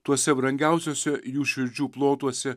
tuose brangiausiuose jų širdžių plotuose